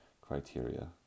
criteria